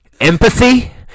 Empathy